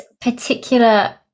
particular